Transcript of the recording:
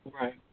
Right